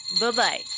Bye-bye